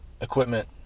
equipment